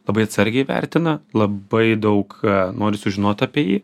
labai atsargiai vertina labai daug nori sužinot apie jį